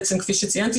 כפי שציינתי,